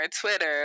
Twitter